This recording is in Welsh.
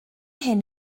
hyn